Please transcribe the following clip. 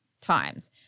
times